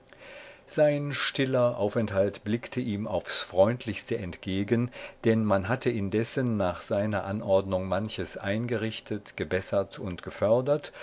sein stiller aufenthalt blickte ihm aufs freundlichste entgegen denn man hatte indessen nach seiner anordnung manches eingerichtet gebessert und gefördert